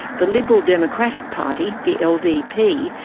the liberal democratic party, the ldp,